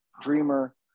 Dreamer